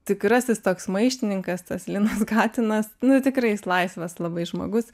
tikrasis toks maištininkas tas linas katinas nu tikrai jis laisvas labai žmogus